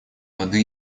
воды